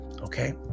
Okay